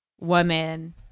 woman